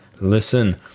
listen